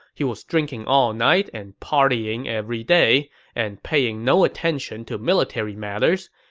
he was drinking all night and partying every day and paying no attention to military matters,